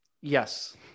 yes